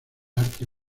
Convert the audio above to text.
arte